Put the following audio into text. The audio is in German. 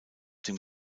dem